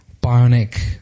bionic